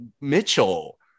Mitchell